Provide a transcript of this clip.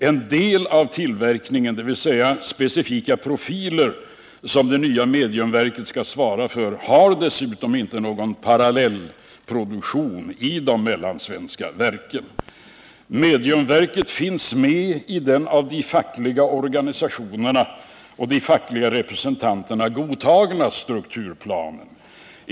En del av tillverkningen, dvs. specifika profiler som det nya mediumverket skall svara för, har dessutom inte någon parallellproduktion vid de mellansvenska verken. Mediumverket finns med i den av de fackliga organisationerna och de fackliga representanterna godtagna strukturplanen.